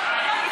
שנייה,